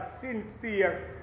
sincere